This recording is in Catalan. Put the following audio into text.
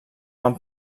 van